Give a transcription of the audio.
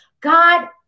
God